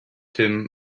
him